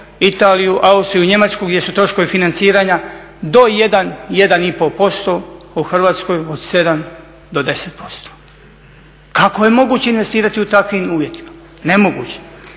Italiju, Austriju, Njemačku gdje su troškovi financiranja do 1, 1,5% u Hrvatskoj od 7 do 10%. Kako je moguće investirati u takvim uvjetima, nemoguće.